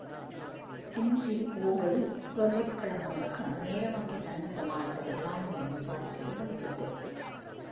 NGO ಗಳು project ಗಳ ಮೂಲಕ ನೇರವಾಗಿ ಸಣ್ಣ ಪ್ರಮಾಣದ ಬದಲಾವಣೆಯನ್ನು ಸಾಧಿಸಲು ಬಯಸುತ್ತೆ